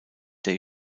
der